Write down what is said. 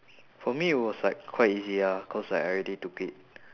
for me it was like quite easy ah cause like I already took it